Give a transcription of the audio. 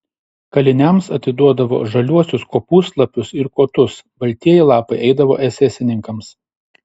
kaliniams atiduodavo žaliuosius kopūstlapius ir kotus baltieji lapai eidavo esesininkams